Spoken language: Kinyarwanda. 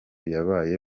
yabaye